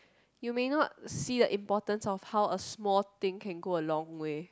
you may not see the importance of how a small thing can go a long way